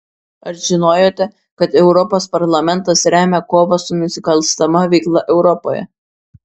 ar žinojote kad europos parlamentas remia kovą su nusikalstama veikla europoje